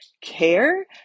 care